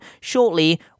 shortly